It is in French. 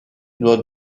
doit